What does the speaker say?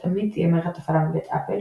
תמיד תהיה מערכת הפעלה מבית אפל,